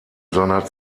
seiner